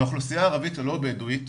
באוכלוסייה הערבית הלא בדואית